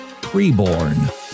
preborn